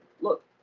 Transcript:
look